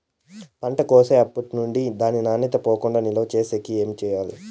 పంట కోసేటప్పటినుండి దాని నాణ్యత పోకుండా నిలువ సేసేకి ఏమేమి చేయాలి?